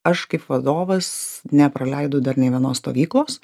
aš kaip vadovas nepraleidau dar nei vienos stovyklos